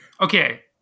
Okay